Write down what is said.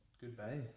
Goodbye